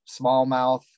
smallmouth